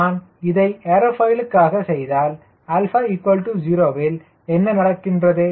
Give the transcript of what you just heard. நான் இதை ஏர்ஃபாயிலுக்காக செய்தால் 𝛼 0 இல் என்ன நடக்கிறது